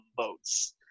votes